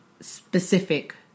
specific